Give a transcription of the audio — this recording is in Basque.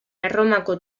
erromako